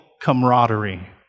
camaraderie